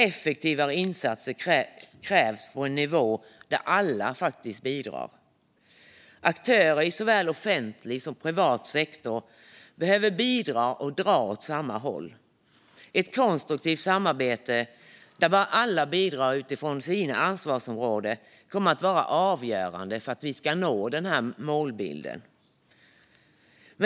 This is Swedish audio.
Effektivare insatser krävs på en nivå där alla bidrar. Aktörer i såväl offentlig som privat sektor behöver bidra och dra åt samma håll. Ett konstruktivt samarbete där alla bidrar utifrån sina ansvarsområden kommer att vara avgörande för att vi ska kunna nå målbilden.